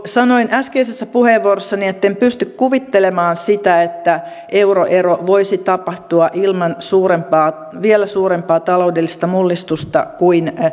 sanoin äskeisessä puheenvuorossani etten pysty kuvittelemaan sitä että euroero voisi tapahtua ilman vielä suurempaa taloudellista mullistusta kuin